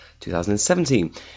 2017